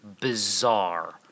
bizarre